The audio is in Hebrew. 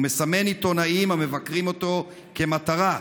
הוא מסמן עיתונאים המבקרים אותו כמטרה,